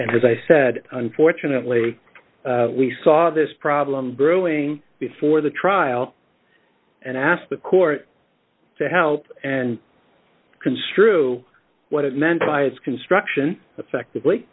and as i said unfortunately we saw this problem brewing before the trial and asked the court to help and construe what it meant by its construction effectively